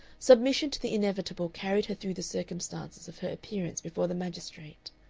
submission to the inevitable carried her through the circumstances of her appearance before the magistrate.